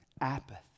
Apathy